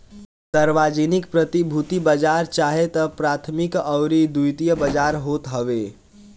सार्वजानिक प्रतिभूति बाजार चाहे तअ प्राथमिक अउरी द्वितीयक बाजार होत हवे